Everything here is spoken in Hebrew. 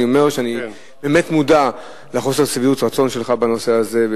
אני אומר שאני באמת מודע לחוסר שביעות הרצון שלך בנושא הזה,